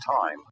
time